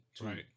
Right